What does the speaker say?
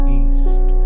east